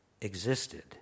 existed